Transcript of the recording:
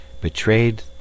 betrayed